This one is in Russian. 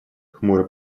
хмуро